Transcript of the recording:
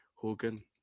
Hogan